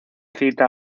cita